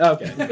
Okay